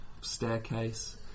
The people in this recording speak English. staircase